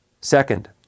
Second